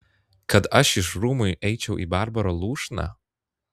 kad aš iš rūmų eičiau į barbaro lūšną